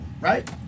Right